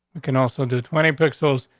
we can also do twenty pixels.